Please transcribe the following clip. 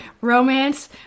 romance